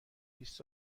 بیست